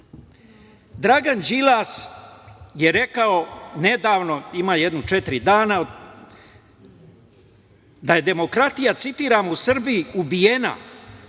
Dragan Đilas je rekao nedavno, ima jedno četiri dana, da je demokratija, citiram: "u Srbiji ubijena,